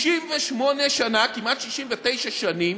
68 שנה, כמעט 69 שנים,